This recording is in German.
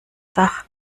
dach